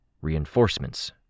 Reinforcements